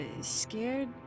scared